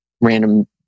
random